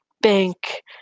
bank